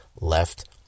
left